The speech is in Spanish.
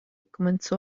comenzó